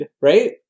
right